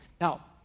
Now